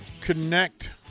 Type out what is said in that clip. connect